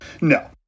No